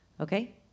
Okay